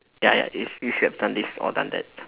ya ya it is you should have done this or done that